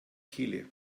kehle